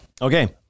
Okay